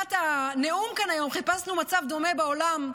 לקראת הנאום כאן היום חיפשנו מצב דומה בעולם,